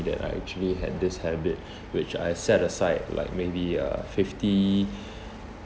that I actually had this habit which I set aside like maybe uh fifty